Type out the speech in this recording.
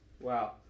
Wow